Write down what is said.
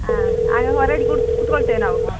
ಹಾಂ ಆಗ ಹೊರಡಿ ಕುತ್ಕೊಳ್ತೇವೆ ನಾವು